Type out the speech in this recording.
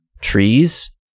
trees